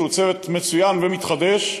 שהוא צוות מצוין ומתחדש,